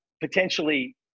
potentially